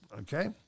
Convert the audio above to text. okay